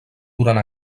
durant